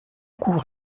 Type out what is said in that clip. cours